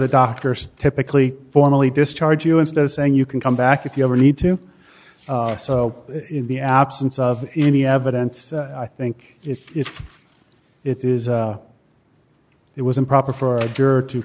the doctors typically formally discharge you instead of saying you can come back if you ever need to so in the absence of any evidence i think it's it is it was improper for a juror to